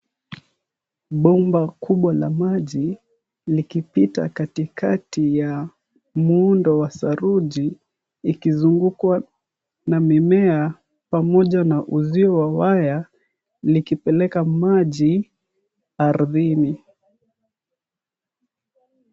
Bomba kubwa la maji likipita katikati ya muundo wa saruji ikizungukwa na mimea pamoja na uzio wa waya likipeleka maji ardhini.